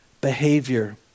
behavior